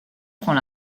prend